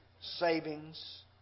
savings